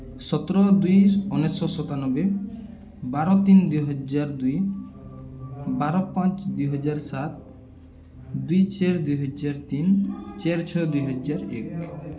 ସତର ଦୁଇ ଉଣେଇଶଶହ ସତାନବେ ବାର ତିନ ଦୁଇ ହଜାର ଦୁଇ ବାର ପାଞ୍ଚ ଦୁଇ ହଜାର ସାତ ଦୁଇ ଚାରି ଦୁଇ ହଜାର ତିନ ଚାରି ଛଅ ଦୁଇ ହଜାର ଏକ